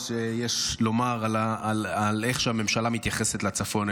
שיש לומר על איך שהממשלה מתייחסת לצפון,